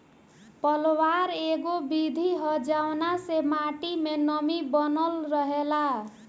पलवार एगो विधि ह जवना से माटी मे नमी बनल रहेला